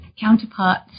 counterparts